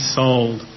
sold